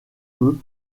eux